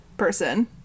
Person